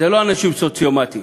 אלה לא אנשים סוציומטים,